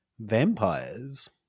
vampires